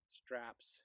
straps